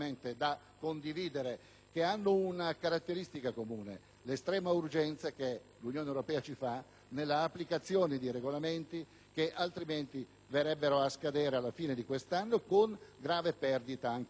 che hanno una caratteristica comune: l'estrema urgenza postaci dall'Unione europea nell'applicazione di regolamenti che altrimenti verrebbero a scadere alla fine di quest'anno con grave perdita anche di risorse comunitarie.